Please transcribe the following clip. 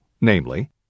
Namely